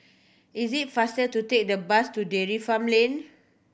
is it faster to take the bus to Dairy Farm Lane